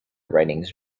writings